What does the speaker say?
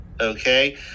Okay